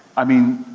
i mean,